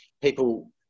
people